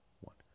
one